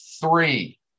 three